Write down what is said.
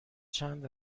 چند